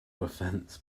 offense